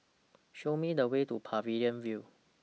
Show Me The Way to Pavilion View